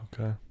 Okay